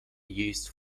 used